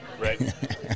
Right